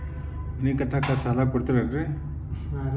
ಮನಿ ಕಟ್ಲಿಕ್ಕ ಸಾಲ ಕೊಡ್ತಾರೇನ್ರಿ?